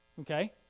okay